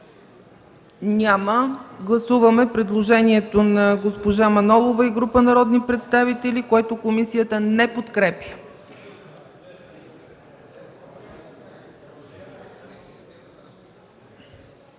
на гласуване предложението на Яне Янев и група народни представители, което комисията не подкрепя.